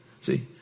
See